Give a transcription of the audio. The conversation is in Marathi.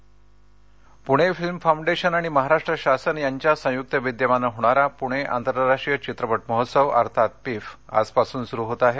पिफ पूणे फिल्म फाउंडेशन आणि महाराष्ट्र शासन यांच्या संयुक्त विद्यमाने होणारा पूणे आंतरराष्ट्रीय चित्रपट महोत्सव अर्थात पिफ आजपासून सुरू होत आहे